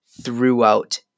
throughout